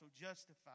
justified